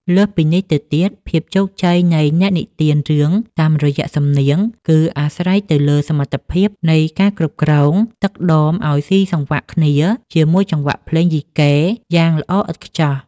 លើសពីនេះទៅទៀត ភាពជោគជ័យនៃអ្នកនិទានរឿងតាមរយៈសំនៀង គឺអាស្រ័យទៅលើសមត្ថភាពនៃការគ្រប់គ្រង ទឹកដម ឱ្យស៊ីសង្វាក់គ្នាជាមួយចង្វាក់ភ្លេងយីកេយ៉ាងល្អឥតខ្ចោះ។